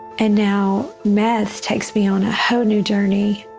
and now meth takes me on a whole new journey